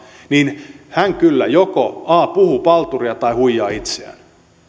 niin hän kyllä joko puhuu palturia tai huijaa itseään